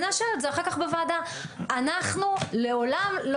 ונאשר את זה אחר כך בוועדה.